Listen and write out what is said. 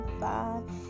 five